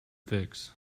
fix